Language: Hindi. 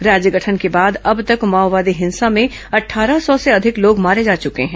राज्य गठन के बाद अब तक माओवादी हिंसा में अट्ठारह सौ से अधिक लोग मारे जा चुके हैं